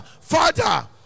father